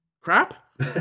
Crap